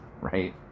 Right